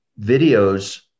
videos